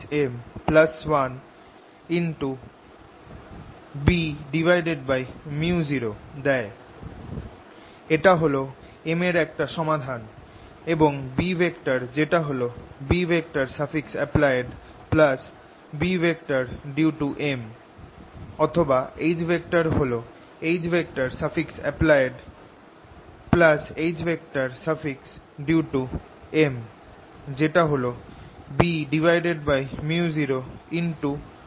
এটা হল M এর একটা সমাধান এবং B যেটা হল Bapplied Bdue toM অথবা H হল Happlied Hdue toM যেটা হল Bµ01M1